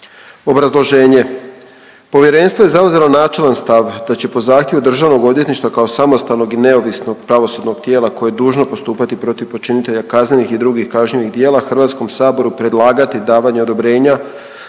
Obrazloženje, povjerenstvo je zauzelo načelan stav da će po zahtjevu Državnog odvjetništva kao samostalnog i neovisnog pravosudnog tijela koje je dužno postupati protiv počinitelja kaznenih i drugih kažnjivih djela HS predlagati davanje odobrenja